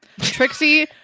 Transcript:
trixie